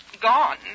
gone